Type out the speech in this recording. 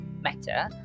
matter